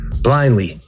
blindly